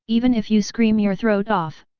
even if you scream your throat off,